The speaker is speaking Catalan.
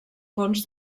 fons